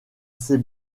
ces